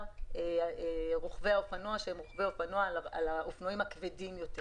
רוכבי אופנוע על האופנועים הכבדים יותר,